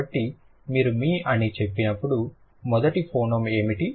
కాబట్టి మీరు మి అని చెప్పినప్పుడు మొదటి ఫోనోమ్ ఏమిటి